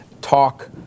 talk